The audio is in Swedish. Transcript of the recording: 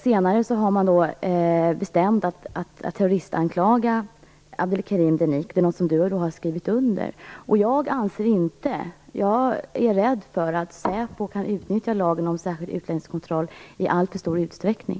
Senare har man bestämt att terroristanklaga honom, vilket justitieministern har skrivit under. Jag är rädd för att säpo kan utnyttja lagen om särskild utlänningskontroll i alltför stor utsträckning.